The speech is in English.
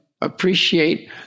appreciate